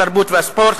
התרבות והספורט,